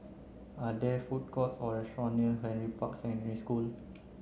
are there food courts or restaurant near Henry Park School